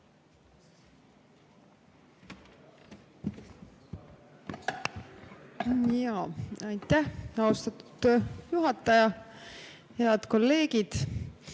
Aitäh, austatud juhataja! Head kolleegid,